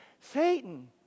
Satan